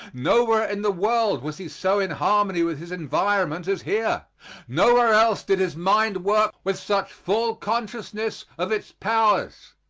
nowhere in the world was he so in harmony with his environment as here nowhere else did his mind work with such full consciousness of its powers.